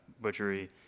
butchery